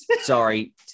Sorry